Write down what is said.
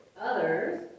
Others